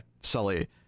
Sully